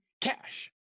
cash